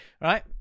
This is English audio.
Right